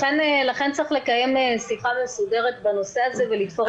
לכן צריך לקיים שיחה מסודרת בנושא הזה ולתפור את כל התפרים.